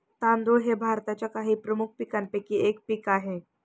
तांदूळ हे भारताच्या काही प्रमुख पीकांपैकी एक पीक आहे